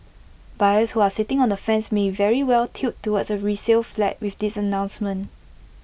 buyers who are sitting on the fence may very well tilt towards A resale flat with this announcement